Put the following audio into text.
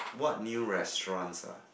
what new restaurants ah